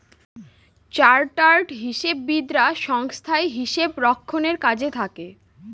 chartered হিসাববিদরা সংস্থায় হিসাব রক্ষণের কাজে থাকে